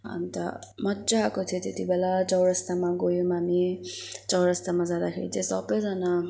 अन्त मजा आएको थियो त्यति बेला चौरस्तामा गयौँ हामी चौरस्तामा जाँदाखेरि चाहिँ सबैजना